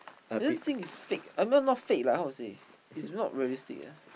I just think it's fake I mean not fake lah how to say it's not realistic lah